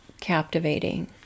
captivating